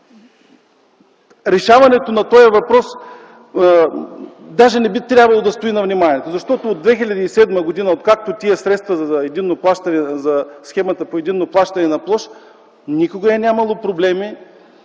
решаването на този въпрос даже не би трябвало да стои на внимание, защото от 2007 г., откакто са тези средства по Схемата за единно плащане на площ, никога не е имало проблеми